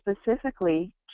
specifically